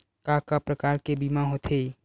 का का प्रकार के बीमा होथे?